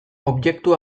objektu